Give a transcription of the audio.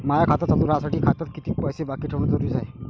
माय खातं चालू राहासाठी खात्यात कितीक पैसे बाकी ठेवणं जरुरीच हाय?